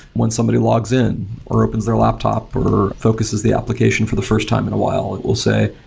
when somebody logs in or opens their laptop or focuses the application for the first time in a while, it will say,